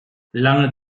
lange